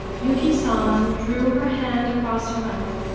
yuki san drew her hand across her mouth,